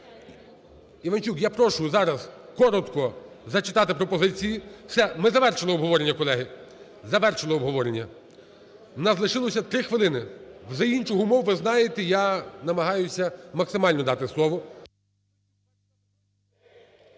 Іванчук, я прошу зараз коротко зачитати пропозиції. Все, ми завершили обговорення, колеги, завершили обговорення. У нас лишилося 3 хвилини. За інших умов, ви знаєте, я намагаюся максимально дати слово.